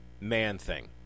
Man-Thing